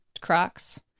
Crocs